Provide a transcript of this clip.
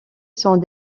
sont